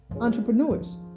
entrepreneurs